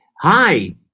Hi